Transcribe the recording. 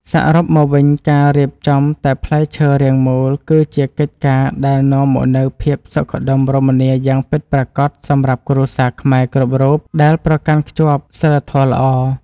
សរុបមកវិញការរៀបចំតែផ្លែឈើរាងមូលគឺជាកិច្ចការដែលនាំមកនូវភាពសុខដុមរមនាយ៉ាងពិតប្រាកដសម្រាប់គ្រួសារខ្មែរគ្រប់រូបដែលប្រកាន់ខ្ជាប់សីលធម៌ល្អ។